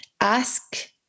ask